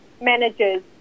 managers